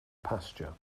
pasture